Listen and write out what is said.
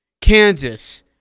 Kansas